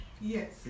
Yes